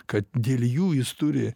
kad dėl jų jis turi